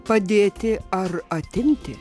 padėti ar atimti